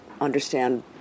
understand